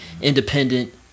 independent